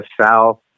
South